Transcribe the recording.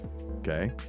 Okay